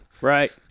Right